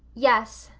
yes,